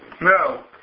No